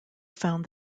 found